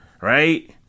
Right